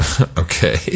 Okay